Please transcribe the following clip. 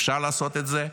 אפשר לעשות את זה,